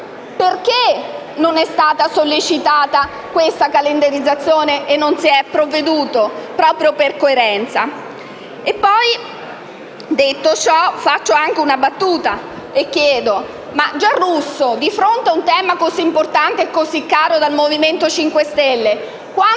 perché non sia stata sollecitata la sua calendarizzazione e non si sia provveduto, per coerenza. Detto ciò, faccio anche una battuta e chiedo: ma il senatore Giarrusso, di fronte a un tema così importante e così caro al Movimento 5 Stelle, quando